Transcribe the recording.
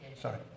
Sorry